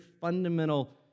fundamental